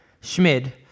Schmid